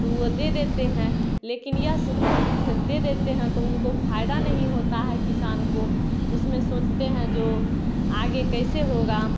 तो वो दे देते हैं लेकिन या दे देते हैं तो उनको फायदा नहीं होता है किसान को उसमें सोचते हैं तो आगे कैसे होगा